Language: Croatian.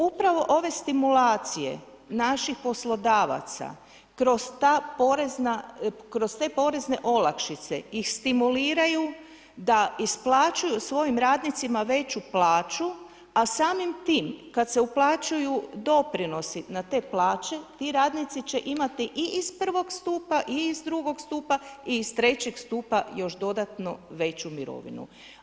Upravo ove stimulacije naših poslodavaca kroz te porezne olakšice ih stimuliraju da isplaćuju svojim radnicima veću plaću a samim tim kad se uplaćuju doprinosi na te plaće, ti radnici će imati i iz prvog stupa i iz drugog stupa i iz trećeg stupa još dodatno veću mirovinu.